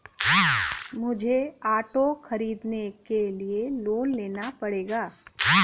मुझे ऑटो खरीदने के लिए लोन लेना पड़ेगा